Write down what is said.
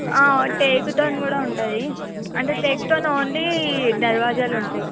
టేకుతోని కూడా ఉంటుంది అంటే టేకుతోని ఓన్లీ దర్వాజాలుంటాయి